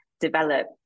develop